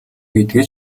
гэдгээ